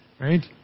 Right